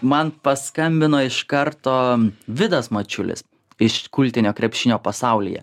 man paskambino iš karto vidas mačiulis iš kultinio krepšinio pasaulyje